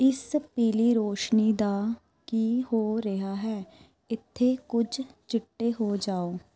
ਇਸ ਪੀਲੀ ਰੌਸ਼ਨੀ ਦਾ ਕੀ ਹੋ ਰਿਹਾ ਹੈ ਇੱਥੇ ਕੁਝ ਚਿੱਟੇ ਹੋ ਜਾਓ